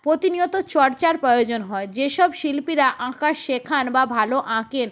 প্রতিনিয়ত চর্চার প্রয়োজন হয় যেসব শিল্পীরা আঁকা শেখান বা ভালো আঁকেন